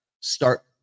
start